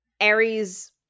Aries